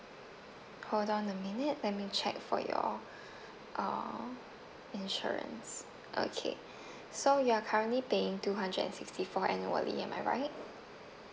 hold on a minute let me check for your uh insurance okay so you are currently paying two hundred sixty four annually am I right